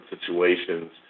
situations